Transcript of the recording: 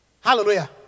Hallelujah